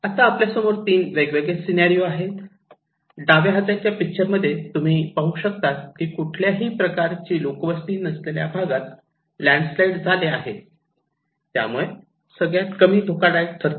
आता आपल्या समोर तीन वेगवेगळे सिनॅरिओ आहेत डाव्या हाताच्या पिक्चर मध्ये तुम्ही पाहू शकतात की कुठल्याही प्रकारची लोकवस्ती नसलेल्या भागात लँड्सस्लाईड झाले आहे त्यामुळे सगळ्यात कमी धोकादायक ठरते